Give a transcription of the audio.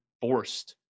forced